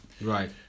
right